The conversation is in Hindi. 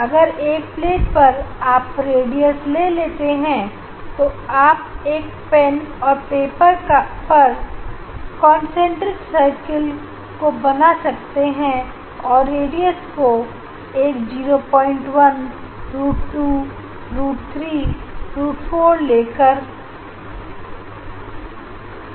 अगर एक प्लेट पर आप रेडियस ले लेते हो तो आप एक पेन और पेपर पर कॉन्सन्ट्रिक सर्किल को बना सकते हो रेडियस को एक 01 रूट 2 रूट 3 रूट 4 लेकर के